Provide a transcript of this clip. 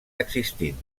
existint